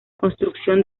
construcción